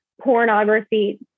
pornography